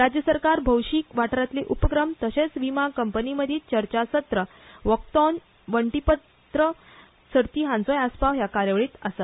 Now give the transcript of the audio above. राज्य सरकार भौशीक वाठारांतले उपक्रम तशेंच विमो कंपनी मदीं चर्चासत्र वॉकेथॉन वण्टीचित्र सर्ती हांचोय आस्पाव ह्या कार्यावळींत आसा